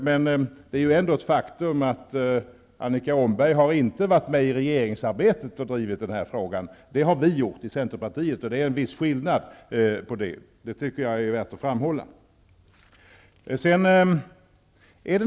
Men det är ju ändå ett faktum att Annika Åhnberg inte har varit med och drivit den frågan i regeringsarbetet -- det har vi i Centern gjort, och det är en viss skillnad; det tycker jag är värt att framhålla.